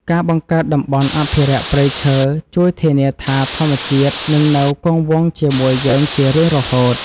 ការបង្កើតតំបន់អភិរក្សព្រៃឈើជួយធានាថាធម្មជាតិនឹងនៅគង់វង្សជាមួយយើងជារៀងរហូត។